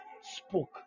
spoke